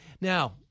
Now